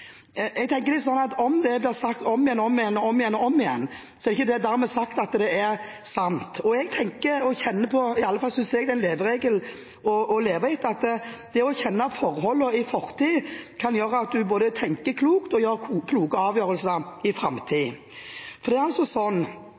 Jeg tenker at selv om det blir sagt om og om igjen, er det ikke dermed sagt at det er sant. I alle fall synes jeg det er en regel å leve etter at det å kjenne forholdene i fortiden kan gjøre at man både tenker klokt og tar kloke avgjørelser i framtiden. Når komitélederen fra Høyre sier at Arbeiderpartiet lover i opposisjon, men leverte lite i posisjon – og det for den saks skyld blir sagt det